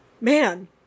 Man